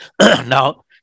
Now